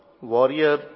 warrior